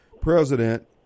president